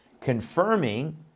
confirming